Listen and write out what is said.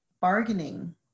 bargaining